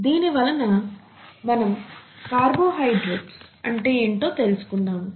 దీని వలన మనం కార్బోహైడ్రేట్స్ అంటే ఏంటో తెలుసుకున్నాము